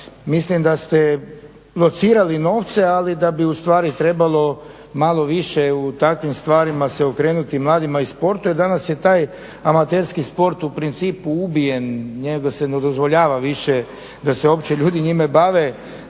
mislim da ste locirali novce ali da bi ustvari trebalo malo više u takvim stvarima se okrenuti mladima i sportu jer danas je taj amaterski sport u principu ubijen, njemu se ne dozvoljava više da se uopće njima bave.